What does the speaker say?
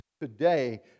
today